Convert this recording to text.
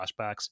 flashbacks